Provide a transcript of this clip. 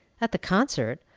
at the concert!